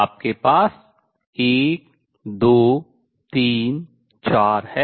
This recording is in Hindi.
आपके पास 1 2 3 4 है